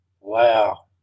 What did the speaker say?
wow